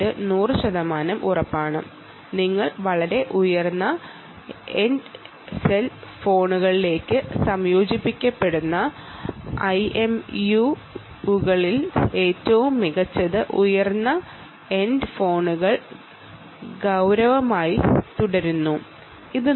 IMU കൾ integrate ചെയ്തിരിക്കുന്നത് high end ഫോണുകളിലേക്കാണെന്ന് നൂറു ശതമാനം ഉറപ്പാക്കുക